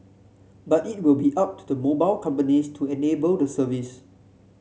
but it will be up to the mobile companies to enable the service